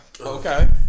okay